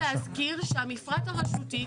אני מבקשת להזכיר שהמפרט הרשותי,